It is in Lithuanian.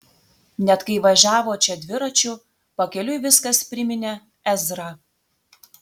net kai važiavo čia dviračiu pakeliui viskas priminė ezrą